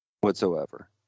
whatsoever